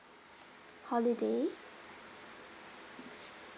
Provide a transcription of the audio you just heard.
holiday